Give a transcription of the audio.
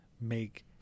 make